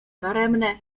daremne